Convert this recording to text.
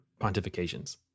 pontifications